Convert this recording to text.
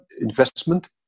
investment